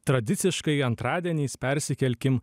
tradiciškai antradieniais persikelkim